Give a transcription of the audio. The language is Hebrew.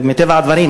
מטבע הדברים,